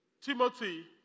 Timothy